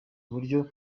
buryo